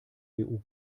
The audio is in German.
cpu